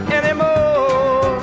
anymore